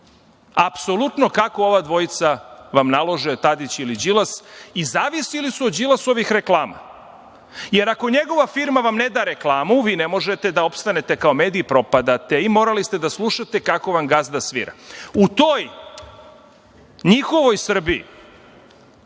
Apsolutno kako vam ova dvojica nalože, Tadić ili Đilas, i zavisili su od Đilasovih reklama, jer ako vam njegova firma ne da reklamu, vi ne možete da opstanete kao medij i propadate, i morali ste da slušate kako vam gazda svira.U toj njihovoj Srbiji,